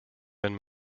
wenn